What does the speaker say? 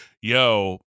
yo